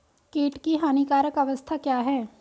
कीट की हानिकारक अवस्था क्या है?